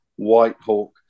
Whitehawk